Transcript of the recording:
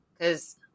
Cause